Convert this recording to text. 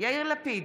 יאיר לפיד,